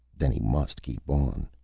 then he must keep on.